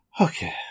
Okay